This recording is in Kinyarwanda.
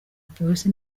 polisi